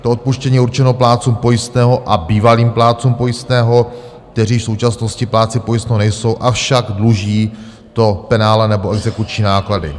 Odpuštění je určeno plátcům pojistného a bývalým plátcům pojistného, kteří v současnosti plátci pojistného nejsou, avšak dluží penále nebo exekuční náklady.